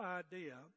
idea